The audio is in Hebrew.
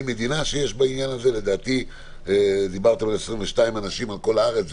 מדינה בעניין הזה נדמה לי שדיברתם על 22 אנשים בכל הארץ,